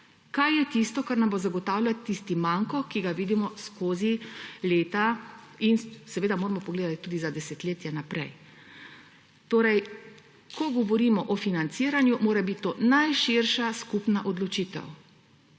kaj je tisto, kar nam bo zagotavljalo tisti manko, ki ga vidimo skozi leta. In seveda moramo pogledati tudi za desetletje naprej. Torej ko govorimo o financiranju, mora biti to najširša skupna odločitev,